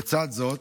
לצד זאת,